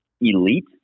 elite